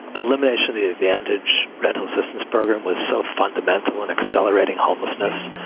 ah limitation the advantage rental assistance program was so fundamental in accelerating homelessness.